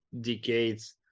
decades